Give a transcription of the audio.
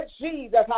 Jesus